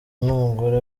n’umugore